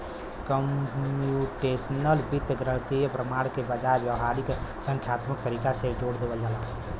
computational वित्त गणितीय प्रमाण के बजाय व्यावहारिक संख्यात्मक तरीका पे जोर देवला